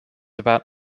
about